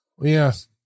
Yes